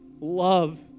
love